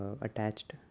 attached